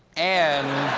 and